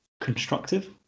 constructive